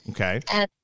Okay